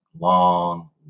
long